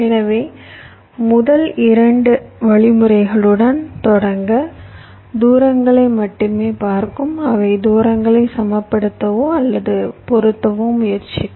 எனவே முதல் 2 வழிமுறைகளுடன் தொடங்க தூரங்களை மட்டுமே பார்க்கும் அவை தூரங்களை சமப்படுத்தவோ அல்லது பொருத்தவோ முயற்சிக்கும்